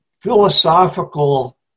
philosophical